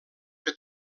que